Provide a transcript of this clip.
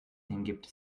hingibt